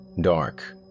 dark